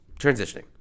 transitioning